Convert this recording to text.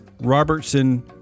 Robertson